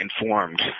informed